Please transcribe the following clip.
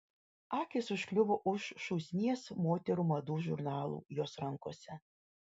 akys užkliuvo už šūsnies moterų madų žurnalų jos rankose